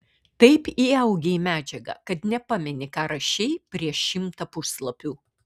taip įaugi į medžiagą kad nepameni ką rašei prieš šimtą puslapių